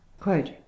Quote